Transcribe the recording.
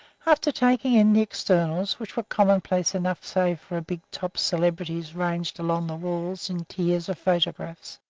after taking in the externals, which were commonplace enough save for big-top celebrities ranged along the walls in tiers of photographs,